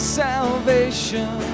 salvation